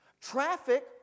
Traffic